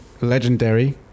legendary